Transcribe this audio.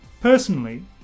Personally